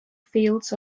fields